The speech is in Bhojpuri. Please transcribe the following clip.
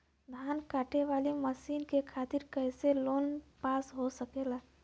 धान कांटेवाली मशीन के खातीर कैसे लोन पास हो सकेला?